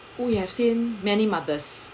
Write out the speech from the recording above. who we have seen many mothers